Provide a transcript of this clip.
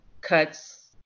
cuts